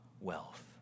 wealth